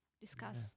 discuss